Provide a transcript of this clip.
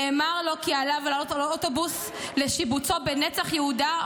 נאמר לו כי עליו לעלות על האוטובוס לשיבוצו בנצח יהודה,